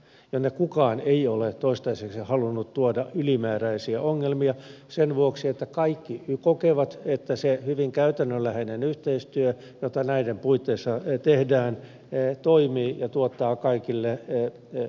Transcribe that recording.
ja niistä kukaan ei ole toistaiseksi halunnut tuoda ylimääräisiä ongelmia sen vuoksi että kaikki kokevat että se hyvin käytännönläheinen yhteistyö jota näiden puitteissa tehdään toimii ja tuottaa kaikille hyötyjä